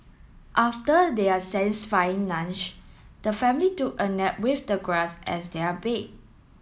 after their satisfying lunch the family took a nap with the grass as their bed